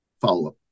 follow-up